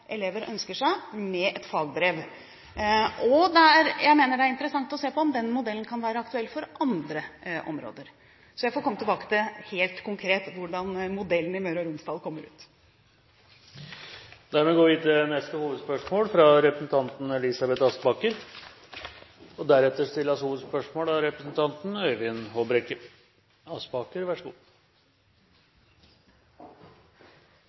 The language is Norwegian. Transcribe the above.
elever ønsker seg, med et fagbrev. Jeg mener det er interessant å se på om den modellen kan være aktuell også for andre områder. Jeg får komme tilbake til helt konkret hvordan modellen i Møre og Romsdal kommer ut. Vi går videre til neste hovedspørsmål. Ikke overraskende går mitt spørsmål til kunnskapsministeren. Hvis vi er opptatt av